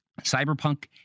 Cyberpunk